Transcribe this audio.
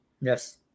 Yes